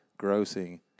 grossing